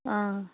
অঁ